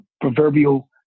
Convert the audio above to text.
proverbial